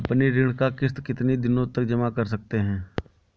अपनी ऋण का किश्त कितनी दिनों तक जमा कर सकते हैं?